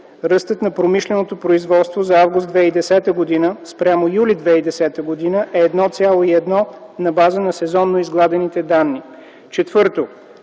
Ръстът на промишленото производство за м. август 2010 г. спрямо м. юли 2010 г. е 1,1 на база на сезонно изгладените данни. Четвърто,